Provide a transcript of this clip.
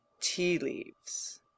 tea-leaves